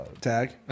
tag